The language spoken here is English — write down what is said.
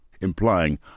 implying